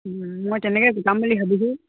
মই তেনেকৈয়ে গোটাম বুলি ভাবিছোঁ